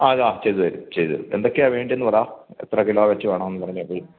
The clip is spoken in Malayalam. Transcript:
ആ അതാ ചെയ്തു തരും ചെയ്തു തരും എന്തൊക്കെയാണ് വേണ്ടിയതെന്നു പറ എത്ര കിലോ വെച്ചു വേണമെന്നു പറഞ്ഞാൽ അത്